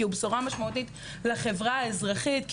הוא בשורה משמעותית לחברה האזרחית,